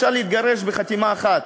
אפשר להתגרש בחתימה אחת.